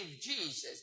Jesus